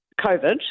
COVID